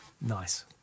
Nice